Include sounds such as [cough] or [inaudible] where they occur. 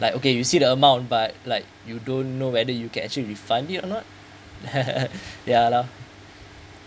like okay you see the amount but like you don't know whether you can actually refund it or not [laughs] ya lor